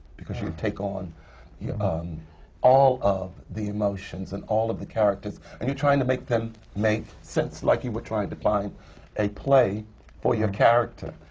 because you take on yeah um all of the emotions and all of the characters, and you're trying to make them make sense. like you were trying to find a play for your character.